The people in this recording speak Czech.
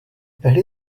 hry